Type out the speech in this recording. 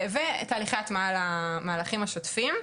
בנוסף, תהליכי הטמעה למהלכים השוטפים.